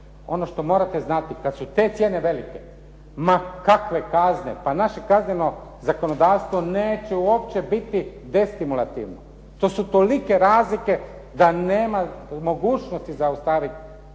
Ono što morate znati kad su te cijene velike ma kakve kazne. Pa naše kazneno zakonodavstvo neće uopće biti destimulativno. To su tolike razlike da nema mogućnosti zaustaviti